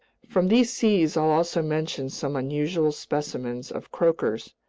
from these seas i'll also mention some unusual specimens of croakers,